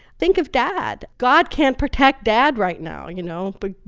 think of dad. god can't protect dad right now, you know? but